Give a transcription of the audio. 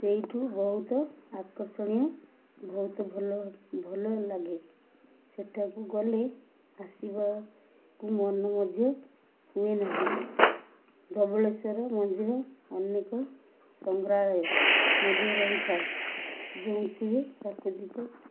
ସେଇଠୁ ବହୁତ ଆକର୍ଷଣୀୟ ବହୁତ ଭଲ ଭଲ ଲାଗେ ସେଠାକୁ ଗଲେ ଆସିବାକୁ ମନ ମଧ୍ୟ ହୁଏ ନାହିଁ ଧବଳେଶ୍ୱର ମନ୍ଦିର ଅନେକ ସଂଗ୍ରହାଳୟ ମଧ୍ୟ ରହିଥାଏ ଯେଉଁଥିରେ ପ୍ରାକୃତିକ